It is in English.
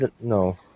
No